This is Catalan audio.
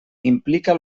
implica